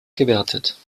gewertet